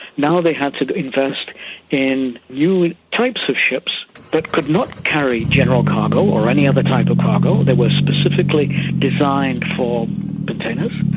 now they had to invest in new types of ships that could not carry general cargo or any other type of cargo, they were specifically designed for containers.